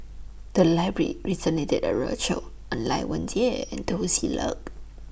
The Library recently did A roadshow on Lai Weijie and Teo Ser Luck